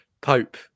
Pope